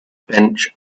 bench